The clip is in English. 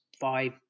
five